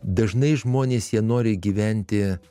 dažnai žmonės jie nori gyventi